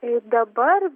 ir dabar